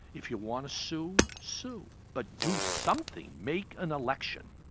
if you want to sue, sue, but do something, make an election.